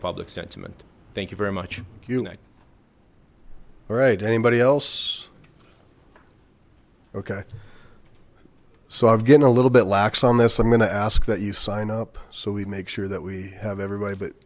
public sentiment thank you very much you like alright anybody else okay so i'm getting a little bit lakhs on this i'm going to ask that you sign up so we make sure that we have everybody but